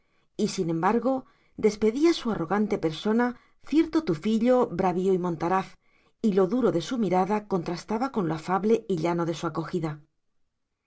y sin embargo despedía su arrogante persona cierto tufillo bravío y montaraz y lo duro de su mirada contrastaba con lo afable y llano de su acogida